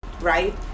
right